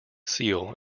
seal